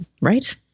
Right